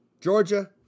Georgia